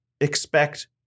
Expect